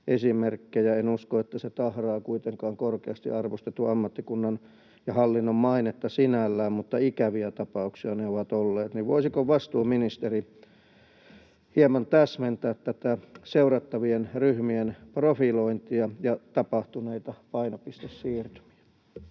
En usko, että se tahraa kuitenkaan korkeasti arvostetun ammattikunnan ja hallinnon mainetta sinällään, mutta ikäviä tapauksia ne ovat olleet. Voisiko vastuuministeri hieman täsmentää tätä seurattavien ryhmien profilointia ja tapahtuneita painopistesiirtymiä?